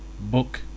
Book